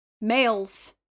males